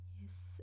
Yes